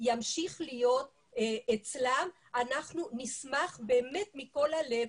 ימשיך להיות אצלם אנחנו נשמח באמת מכל הלב,